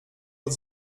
lot